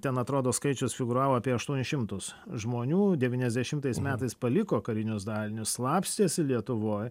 ten atrodo skaičius figūravo apie aštuonis šimtus žmonių devyniasdešimtais metais paliko karinius dalinius slapstėsi lietuvoj